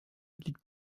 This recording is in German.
liegt